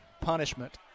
punishment